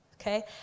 okay